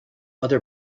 other